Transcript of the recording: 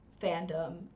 fandom